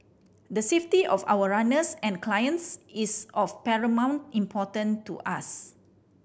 the safety of our runners and clients is of paramount importance to us